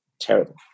terrible